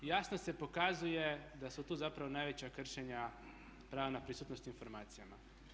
Jasno se pokazuje da su tu zapravo najveća kršenja pravo na pristup informacijama.